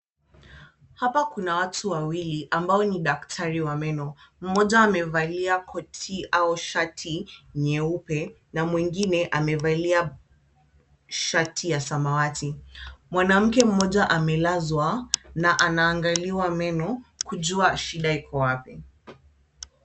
Hapa kuna watu wawili ambao ni daktari wa meno, mmoja amevalia koti au shati nyeupe na mwingine amevalia shati ya samawati, mwanamke mmoja amelazwa na anaangaliwa meno kujua shida iko wapi.